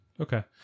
Okay